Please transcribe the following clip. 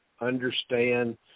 understand